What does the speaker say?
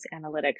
analytics